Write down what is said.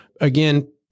again